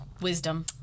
wisdom